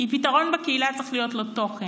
כי פתרון בקהילה, צריך להיות לו תוכן.